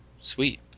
Sweet